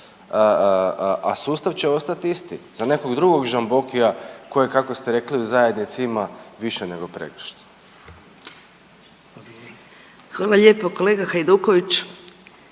a sustav će ostat isti za nekog drugog Žambokija koje, kako ste rekli, u zajednici ima više nego pregršt. **Mrak-Taritaš,